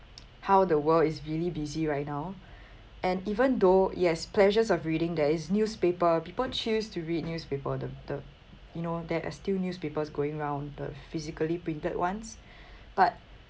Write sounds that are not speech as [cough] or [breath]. how the world is really busy right now and even though yes pleasures of reading there is newspaper people choose to read newspaper the the you know that are still newspapers going round the physically printed ones [breath] but